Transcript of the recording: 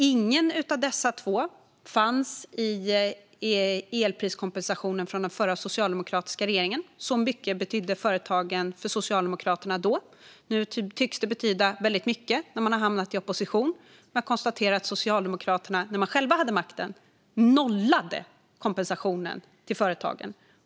Inget av dessa två fanns i elpriskompensationen från den förra, socialdemokratiska, regeringen. Så mycket betydde företagen för Socialdemokraterna då. Nu, när man har hamnat i opposition, tycks de betyda väldigt mycket. Jag konstaterar att Socialdemokraterna när de själva hade makten nollade kompensationen till företagen.